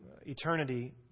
eternity